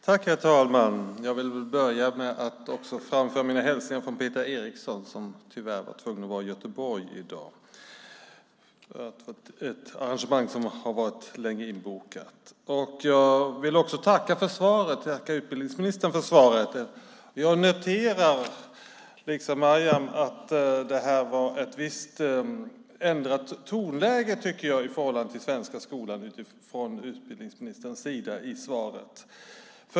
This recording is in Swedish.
Herr talman! Jag vill börja med att framföra hälsningar från Peter Eriksson som tyvärr var tvungen att vara i Göteborg i dag vid ett arrangemang som har varit inbokat länge. Jag vill tacka utbildningsministern för svaret. Jag noterar, liksom Maryam, att det var ett visst ändrat tonläge i fråga om den svenska skolan från utbildningsministerns sida i svaret.